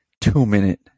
two-minute